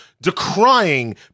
decrying